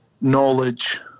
knowledge